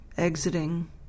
Exiting